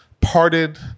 parted